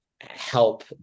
help